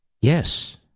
Yes